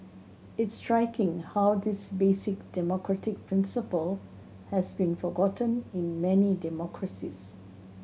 it's striking how this basic democratic principle has been forgotten in many democracies